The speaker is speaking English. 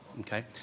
okay